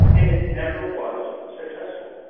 and it never was successful.